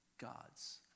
God's